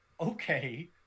okay